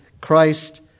Christ